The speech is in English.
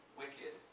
wicked